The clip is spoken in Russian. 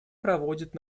проводит